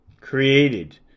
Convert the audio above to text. created